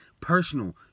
personal